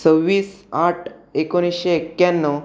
सव्वीस आठ एकोणिसशे एक्याण्णव